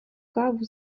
kávu